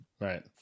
Right